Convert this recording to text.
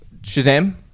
Shazam